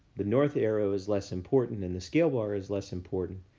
the north arrow is less important and the scale bar is less important,